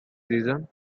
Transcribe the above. season